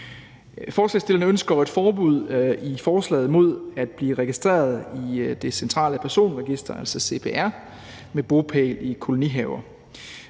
Forslagsstillerne ønsker med forslaget et forbud mod at blive registreret i det centrale personregister, altså CPR-registeret, med bopæl i kolonihaver.